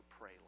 pray